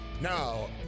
Now